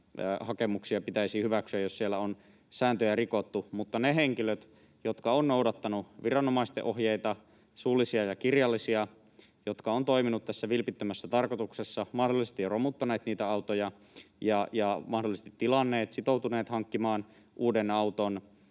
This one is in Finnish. hakemuksiaan pitäisi hyväksyä, jos siellä on sääntöjä rikottu. Mutta miten toimitaan niiden lainkuuliaisten henkilöiden kohdalla, jotka ovat noudattaneet viranomaisten ohjeita, suullisia ja kirjallisia, ja jotka ovat toimineet tässä vilpittömässä tarkoituksessa, mahdollisesti jo romuttaneet niitä autoja ja mahdollisesti tilanneet, sitoutuneet hankkimaan uuden auton,